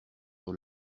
sur